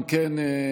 אם כן,